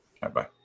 Bye-bye